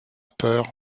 peur